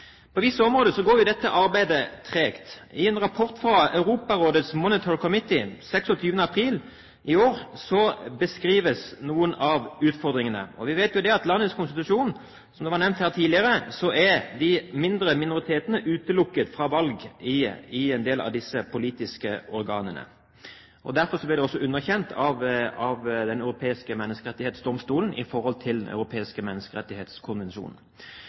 På visse områder går dette arbeidet tregt. I en rapport fra Europarådets Monitoring Committee 27. april i år beskrives noen av utfordringene. Vi vet jo at i landets konstitusjon, som ble nevnt her tidligere, er de mindre minoritetene utelukket fra valg i en del av disse politiske organene. Derfor ble konstitusjonen også underkjent av Den europeiske menneskerettighetsdomstol ut fra Den europeiske menneskerettskonvensjon. I